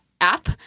app